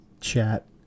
chat